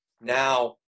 now